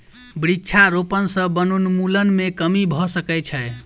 वृक्षारोपण सॅ वनोन्मूलन मे कमी भ सकै छै